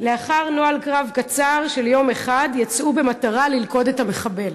ולאחר נוהל קרב קצר של יום אחד יצאו במטרה ללכוד את המחבל.